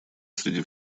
среди